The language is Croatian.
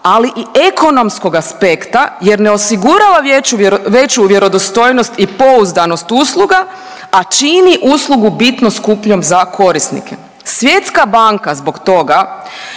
ali i ekonomskog aspekta jer ne osigurava veću vjerodostojnost i pouzdanost usluga, a čini uslugu bitno skupljom za korisnike. Svjetska banka zbog toga